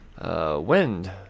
Wind